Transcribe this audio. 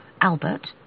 Albert